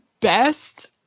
best